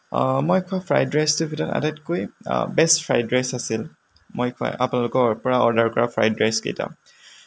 মই খোৱা ফ্ৰাইদ ৰাইচটোৰ ভিতৰত আটাইতকৈ বেষ্ট ফ্ৰাইদ ৰাইচ আছিল মই আপোনালোৰক পৰা অৰ্ডাৰ কৰা ফ্ৰাইদ ৰাইচকেইটা